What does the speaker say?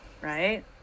right